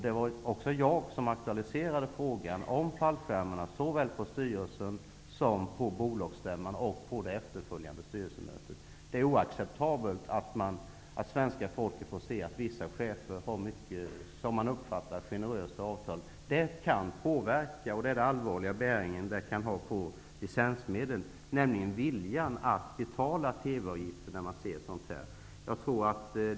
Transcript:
Det var ändå jag som såväl på bolagsstämman som på det efterföljande styrelsemötet aktualiserade frågan om fallskärmarna. Det är oacceptabelt för svenska folket att vissa chefer har, som man uppfattar, mycket generösa avtal. Det kan påverka -- och det är det allvarliga -- viljan att betala TV-avgiften.